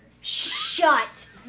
Shut